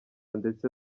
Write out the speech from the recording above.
ndetse